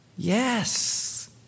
Yes